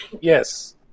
Yes